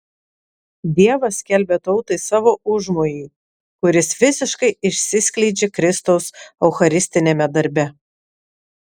dievas skelbia tautai savo užmojį kuris visiškai išsiskleidžia kristaus eucharistiniame darbe